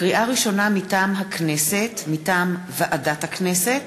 לקריאה ראשונה, מטעם הכנסת: מטעם ועדת הכנסת,